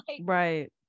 Right